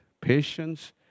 patience